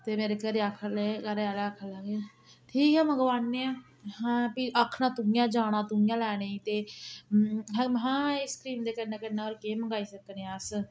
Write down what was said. ते मेरे घरे आखन लगे घरै आह्ले आखन लगे ठीक ऐ मंगबाने आं हां फ्ही आखना तूंइयै जाना तूंइयै लैने ई ते महां आइसक्रीम दे कन्नै कन्नै होर केह् मंगाई सकने अस